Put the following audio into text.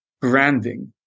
branding –